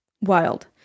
Wild